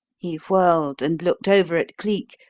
he whirled and looked over at cleek,